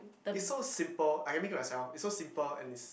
is so simple I can make it myself is so simple and is